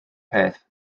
peth